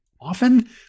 often